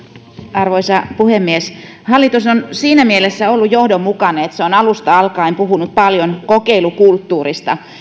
arvoisa puhemies hallitus on siinä mielessä ollut johdonmukainen että se on alusta alkaen puhunut paljon kokeilukulttuurista